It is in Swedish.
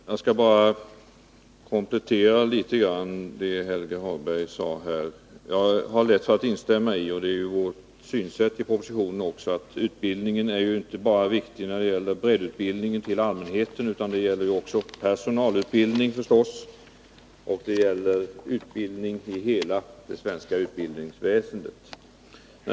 Herr talman! Jag skall bara komplettera litet grand vad Helge Hagberg sade. Jag har lätt för att instämma i — och det är även vårt synsätt i propositionen — att utbildningen inte bara är viktig när det gäller breddutbildningen till allmänheten, utan också när det gäller personalutbildning och utbildning i hela det svenska utbildningsväsendet.